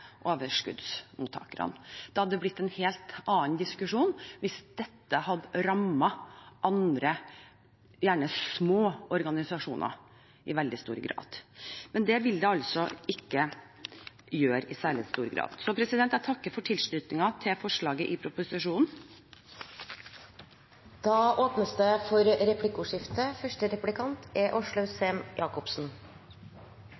Det hadde blitt en helt annen diskusjon hvis dette hadde rammet andre, gjerne små, organisasjoner i veldig stor grad, men det vil det altså ikke gjøre i særlig grad. Så jeg takker for tilslutningen til forslaget i proposisjonen. Det åpnes for replikkordskifte.